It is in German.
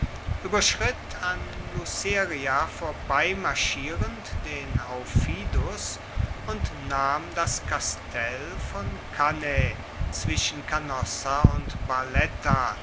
ueberschritt an luceria vorbeimarschierend den aufidus und nahm das kastell von cannae zwischen canosa und